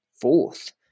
fourth